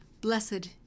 Blessed